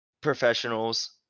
professionals